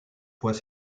fois